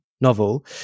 novel